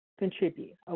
contribute